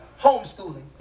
homeschooling